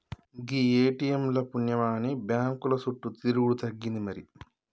గీ ATM ల పుణ్యమాని బాంకుల సుట్టు తిరుగుడు తగ్గింది మరి